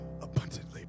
abundantly